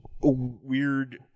weird